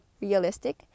realistic